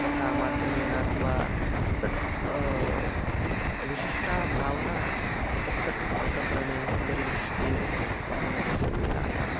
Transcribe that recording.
कथा माध्यमेन अथवा तद् विशिष्टा भावना तत्तत् प्रकरणे दरीदृश्यते पठनस्य वेलायाम्